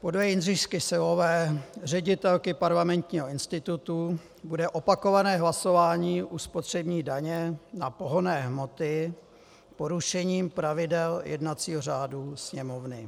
Podle Jindřišky Syllové, ředitelky Parlamentního institutu, bude opakované hlasování u spotřební daně na pohonné hmoty porušením pravidel jednacího řádu Sněmovny.